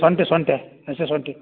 ಶುಂಠಿ ಸೊಂಟೆ ಹಸಿ ಶುಂಠಿ